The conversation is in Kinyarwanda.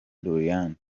doriane